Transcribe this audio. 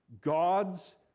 God's